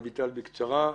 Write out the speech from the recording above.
אביטל, בבקשה.